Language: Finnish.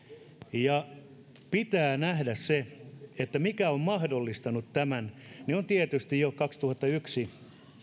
ja pitää nähdä se että se mikä on mahdollistanut tämän on tietysti jo vuonna kaksituhattayksi